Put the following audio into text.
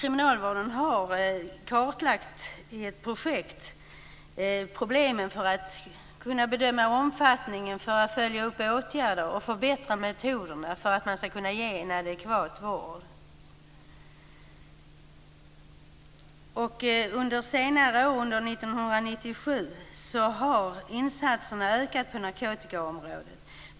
Kriminalvården har i ett projekt kartlagt problemen med att bedöma omfattningen för att man skall kunna följa upp åtgärder och förbättra metoderna för att kunna ge en adekvat vård. Under 1997 har insatserna ökat på narkotikaområdet.